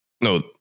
No